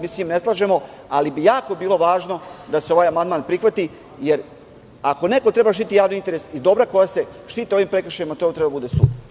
Mi se s tim ne slažemo, ali bi jako bilo važno da se ovaj amandman prihvati, jer ako neko treba štititi javni interes i dobra koja se štite ovim prekršajima to bi trebao da bude sud.